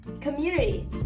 community